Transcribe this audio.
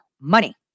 money